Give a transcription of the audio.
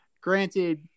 Granted